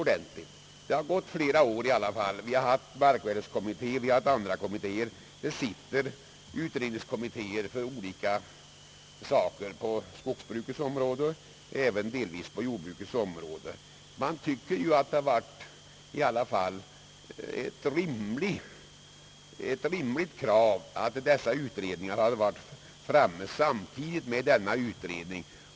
Det har dock gått flera år; vi har haft en markvärdekommitté och andra kommittéer på det här området, och vi har sittande utredningar på skogsbrukets och delvis också på jordbrukets område. Man tycker att det är ett rimligt krav att alla dessa utredningar hade lagt fram sina förslag samtidigt.